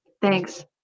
Thanks